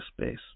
space